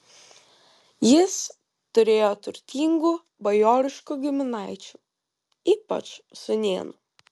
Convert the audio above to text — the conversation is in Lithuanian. jis turėjo turtingų bajoriškų giminaičių ypač sūnėnų